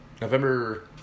November